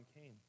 came